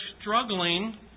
struggling